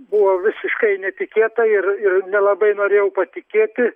buvo visiškai netikėta ir ir nelabai norėjau patikėti